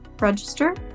register